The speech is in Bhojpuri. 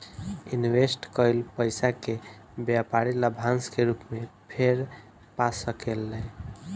इनवेस्ट कईल पइसा के व्यापारी लाभांश के रूप में फेर पा सकेले